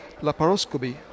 laparoscopy